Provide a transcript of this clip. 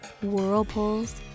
whirlpools